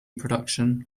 production